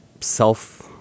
self